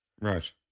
Right